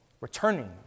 returning